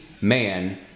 man